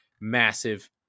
massive